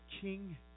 King